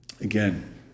Again